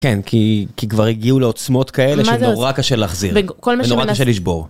כן, כי כבר הגיעו לעוצמות כאלה שזה נורא קשה להחזיר, זה נורא קשה לשבור.